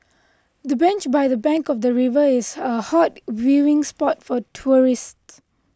the bench by the bank of the river is a hot viewing spot for tourists